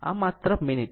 આમ માત્ર મિનિટ